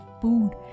food